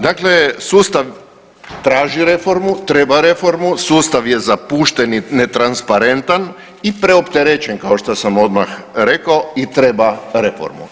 Dakle, sustav traži reformu, treba reformu, sustav je zapušten i netransparentan i preopterećen kao što sam odmah rekao i treba reformu.